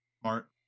Smart